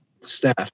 staff